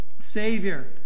savior